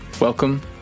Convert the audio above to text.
Welcome